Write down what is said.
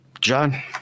John